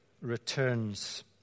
returns